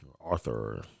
Arthur